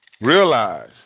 realize